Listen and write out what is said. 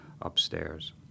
upstairs